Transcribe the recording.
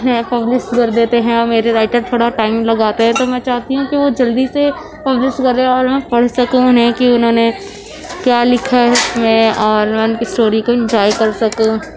ہے پبلشڈ کر دیتے ہیں اور میرے رائٹر تھوڑا ٹائم لگاتے ہیں تو میں چاہتی ہوں کہ وہ جلدی سے پبلشڈ کرے اور میں پڑھ سکوں اُنہیں کہ انہوں نے کیا لکھا ہے اُس میں اور میں اُن کی اسٹوری کو انجوائے کر سکوں